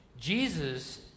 Jesus